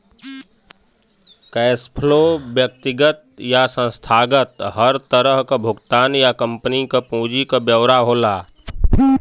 cash flow व्यक्तिगत या संस्थागत हर तरह क भुगतान या कम्पनी क पूंजी क ब्यौरा होला